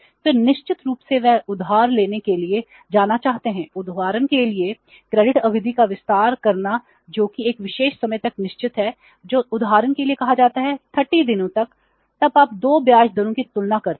फिर निश्चित रूप से वह उधार लेने के लिए जाना चाहते हैं और उदाहरण के लिए क्रेडिट अवधि का विस्तार करना जो कि एक विशेष समय तक निश्चित है जो उदाहरण के लिए कहा जाता है कि 30 दिनों तक आप 2 ब्याज दरों की तुलना करते हैं